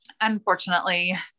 unfortunately